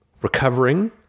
recovering